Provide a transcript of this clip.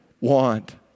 want